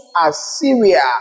Assyria